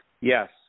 Yes